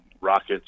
rockets